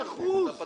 וזהו, אתה פטור.